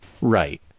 right